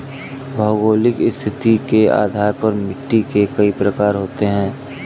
भौगोलिक स्थिति के आधार पर मिट्टी के कई प्रकार होते हैं